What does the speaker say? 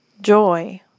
joy